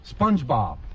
Spongebob